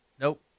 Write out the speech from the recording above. Nope